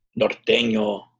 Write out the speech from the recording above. Norteño